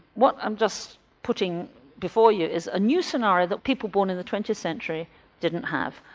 what i'm just putting before you is a new scenario that people born in the twentieth century didn't have,